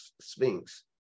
sphinx